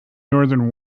northern